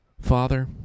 Father